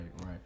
right